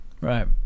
Right